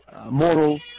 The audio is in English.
moral